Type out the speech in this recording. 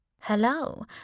Hello